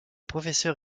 professeur